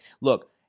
look